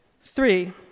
Three